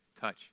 touch